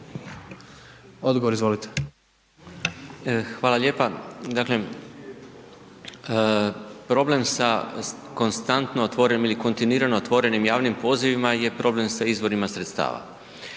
**Uhlir, Željko** Hvala lijepa. Dakle, problem sa konstantno otvorenim ili kontinuirano otvorenim javnim pozivima je problem sa izvorima sredstava.